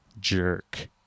jerk